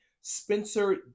Spencer